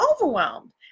overwhelmed